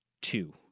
two